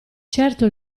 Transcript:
certo